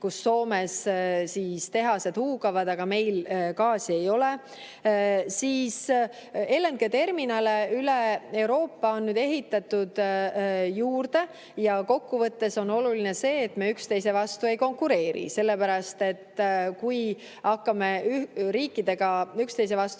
kus Soomes tehased huugavad, aga meil gaasi ei ole. LNG-terminale üle Euroopa on nüüd ehitatud juurde ja kokkuvõttes on oluline see, et me üksteise vastu ei konkureeriks, sest kui hakkame riikidega üksteise vastu